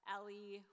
Ellie